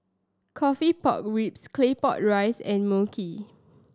coffee pork ribs Claypot Rice and Mui Kee